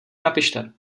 napište